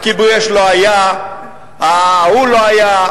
הכיבוי-אש לא היה, ההוא לא היה.